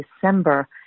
December